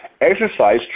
Exercise